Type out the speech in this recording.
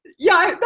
yeah,